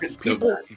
People